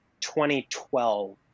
2012